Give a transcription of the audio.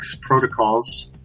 protocols